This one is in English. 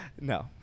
No